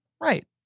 right